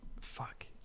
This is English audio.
Fuck